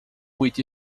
which